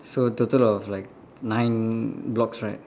so total of like nine blocks right